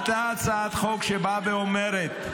עלתה הצעת חוק שבאה ואומרת,